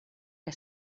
que